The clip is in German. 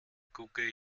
gucke